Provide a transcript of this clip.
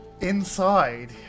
inside